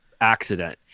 accident